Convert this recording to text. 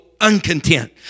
uncontent